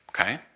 okay